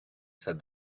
said